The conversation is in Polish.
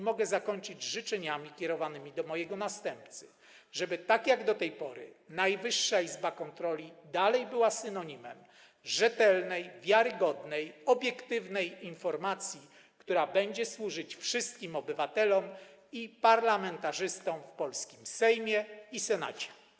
Mogę zakończyć życzeniami kierowanymi do mojego następcy, żeby tak jak do tej pory Najwyższa Izba Kontroli była synonimem rzetelnej, wiarygodnej, obiektywnej informacji, która będzie służyć wszystkim obywatelom i parlamentarzystom w polskim Sejmie i polskim Senacie.